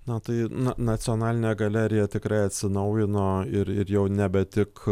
na tai na nacionalinė galerija tikrai atsinaujino ir ir jau nebe tik